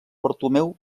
bartomeu